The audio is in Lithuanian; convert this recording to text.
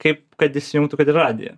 kaip kad įsijungtų kad ir radiją